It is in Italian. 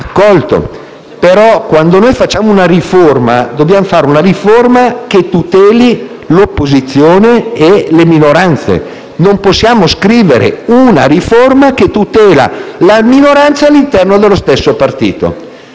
Però, quando facciamo una riforma, dobbiamo fare una riforma che tuteli l'opposizione e le minoranze, non possiamo scrivere una riforma che tutela la minoranza all'interno dello stesso partito.